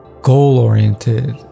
goal-oriented